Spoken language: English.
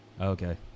Okay